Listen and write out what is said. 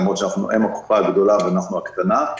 למרות שהם הקופה הגדולה ואנחנו הקטנה.